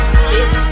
Bitch